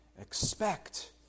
expect